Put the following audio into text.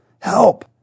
help